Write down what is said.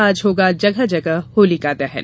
आज होगा जगह जगह होलिका दहन